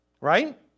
Right